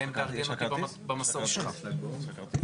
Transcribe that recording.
אם רשות המיסים אומרת שהיא לא יודעת איך להנפיק,